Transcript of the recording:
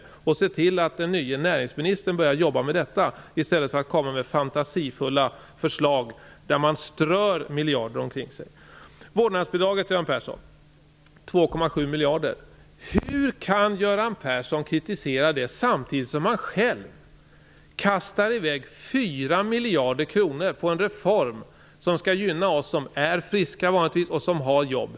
Han borde se till att den nye näringsministern börjar att jobba med detta i stället för att komma med fantasifulla förslag som innebär att man strör miljarder omkring sig. När det gäller vårdnadsbidraget på 2,7 miljarder, Göran Persson, undrar jag hur han kan kritisera det samtidigt som han själv kastar i väg 4 miljarder kronor på en reform som skall gynna oss som vanligtvis är friska och som har jobb.